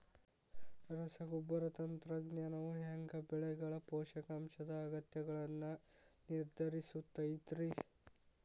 ರಸಗೊಬ್ಬರ ತಂತ್ರಜ್ಞಾನವು ಹ್ಯಾಂಗ ಬೆಳೆಗಳ ಪೋಷಕಾಂಶದ ಅಗತ್ಯಗಳನ್ನ ನಿರ್ಧರಿಸುತೈತ್ರಿ?